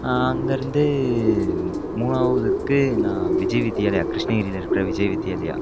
அங்கே இருந்து மூணாவதுக்கு நான் விஜய் வித்யாலயா கிருஷ்ணகிரியில் இருக்கிற விஜய் வித்யாலயா